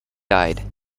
died